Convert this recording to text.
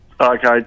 Okay